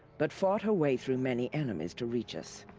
but fought her way through many enemies to reach us.